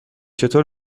چطور